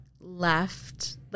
left